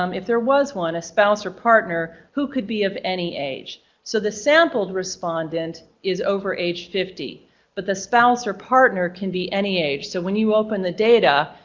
um if there was one, a spouse or partner who could be of any age. so the sampled respondent is over age fifty but the spouse or partner can be any age. so when you open the data,